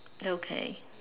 okay